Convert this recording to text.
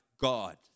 God